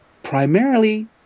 primarily